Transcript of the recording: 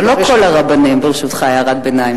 לא כל הרבנים, ברשותך, הערת ביניים.